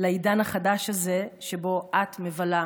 לעידן החדש הזה שבו את מבלה